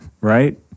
right